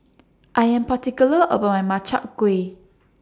I Am particular about My Makchang Gui